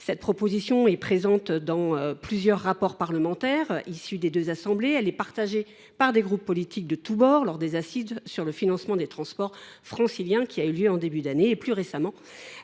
La proposition figure dans plusieurs rapports parlementaires issus des deux assemblées. Elle a été défendue par des groupes politiques de tous bords lors des assises du financement des transports franciliens qui ont eu lieu en début d’année. Plus récemment,